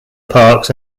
parks